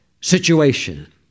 situation